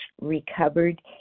recovered